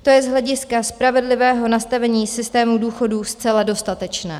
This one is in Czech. To je z hlediska spravedlivého nastavení systému důchodů zcela dostatečné.